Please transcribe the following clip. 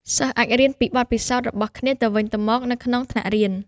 សិស្សអាចរៀនពីបទពិសោធន៍របស់គ្នាទៅវិញទៅមកនៅក្នុងថ្នាក់រៀន។